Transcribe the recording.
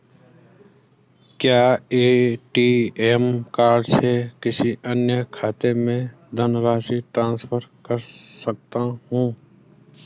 क्या ATM card से किसी अन्य खाते में धनराशि ट्रांसफर कर सकता हूँ?